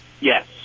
Yes